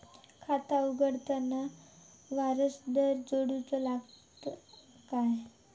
खाता उघडताना वारसदार जोडूचो लागता काय?